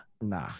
Nah